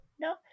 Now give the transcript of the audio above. no